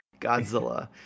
godzilla